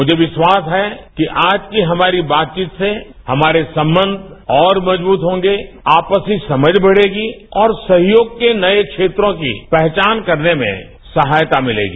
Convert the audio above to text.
मुझे विश्वास है कि आज की हमारी बातचीत से हमारे संबंध और मजबूत होंगे आपसी समझ बढ़ेगी और सहयोग के नए क्षेत्रों की पहचान करने में सहायता मिलेगी